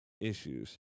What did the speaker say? issues